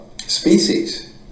species